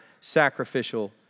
sacrificial